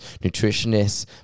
nutritionists